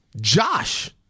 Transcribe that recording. Josh